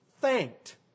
thanked